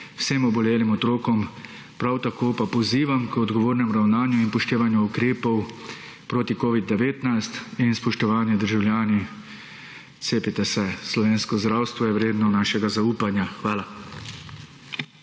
vsem obolelim otrokom, prav tako pa pozivam k odgovornemu ravnanju in upoštevanju ukrepov proti covid-19 in spoštovani državljani, cepite se, slovensko zdravstvo je vredno našega zaupanja. Hvala.